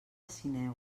sineu